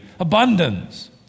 abundance